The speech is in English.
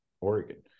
Oregon